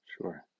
Sure